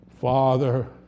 Father